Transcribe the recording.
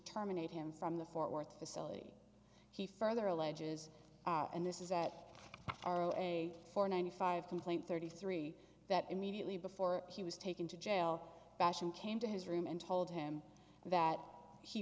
terminate him from the fort worth facility he further alleges and this is that are on a four ninety five complaint thirty three that immediately before he was taken to jail basham came to his room and told him that he